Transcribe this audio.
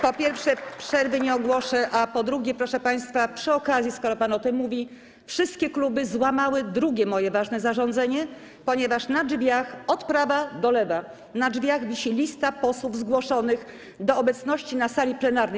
Po pierwsze, przerwy nie ogłoszę, a po drugie, proszę państwa, przy okazji powiem, skoro pan o tym mówi, że wszystkie kluby złamały drugie moje ważne zarządzenie, ponieważ na drzwiach od prawa do lewa wisi lista posłów zgłoszonych do obecności na sali plenarnej.